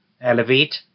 Elevate